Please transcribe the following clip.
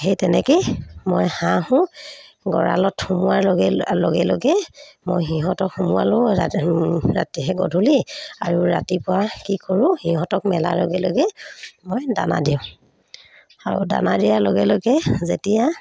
সেই তেনেকেই মই হাঁহো গঁৰালত সোমোৱাৰ লগে লগে লগে মই সিহঁতক সোমোৱালো ৰা ৰাতিহে গধূলি আৰু ৰাতিপুৱা কি কৰোঁ সিহঁতক মেলাৰ লগে লগে মই দানা দিওঁ আৰু দানা দিয়াৰ লগে লগে যেতিয়া